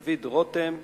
דוד רותם,